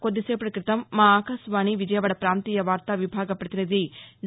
కొద్ది సేపటి క్రిందట మా ఆకాశవాణి విజయవాడ ప్రాంతీయ వార్తా విభాగ పతినిధి డా